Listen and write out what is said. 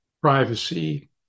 privacy